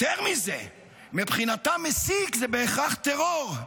יותר מזה, מבחינתה מסיק זה בהכרח טרור.